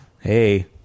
Hey